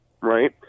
right